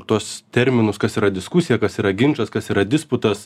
tuos terminus kas yra diskusija kas yra ginčas kas yra disputas